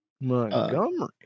Montgomery